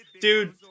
Dude